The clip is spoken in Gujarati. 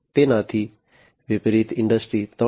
તેનાથી વિપરીત ઇન્ડસ્ટ્રી3